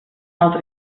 altra